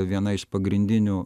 viena iš pagrindinių